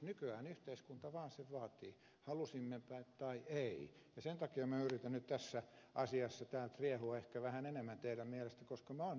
nykyään yhteiskunta vaan sitä vaatii halusimmepa tai ei ja sen takia minä yritän nyt tässä asiassa täällä riehua ehkä vähän enemmän teidän mielestänne koska minä olen nähnyt näitä ratkaisuja